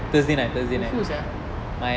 with who sia